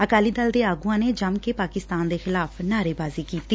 ਅਕਾਲੀ ਦਲ ਦੇ ਆਗੁਆਂ ਨੇ ਜੰਮ ਕੇ ਪਾਕਿਸਤਾਨ ਦੇ ਖਿਲਾਫ ਨਾਅਰੇਬਾਜ਼ੀ ਕੀਤੀ